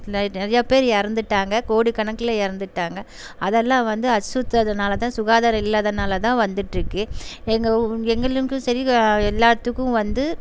நெ நிறையா பேர் இறந்துட்டாங்க கோடி கணக்கில் இறந்துட்டாங்க அதெல்லாம் வந்து அசுத்தத்தினால தான் சுகாதாரம் இல்லாதனால் தான் வந்துகிட்ருக்கு எங்க எங்களுக்கும் சரி எல்லாத்துக்கும் வந்து